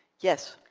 yes.